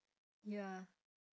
ya